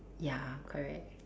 ya correct